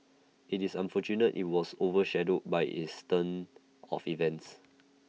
IT is unfortunate IT was over shadowed by is turn of events